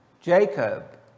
Jacob